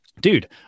dude